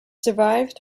survived